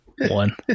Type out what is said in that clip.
one